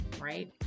right